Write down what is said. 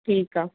ठीकु आहे